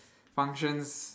functions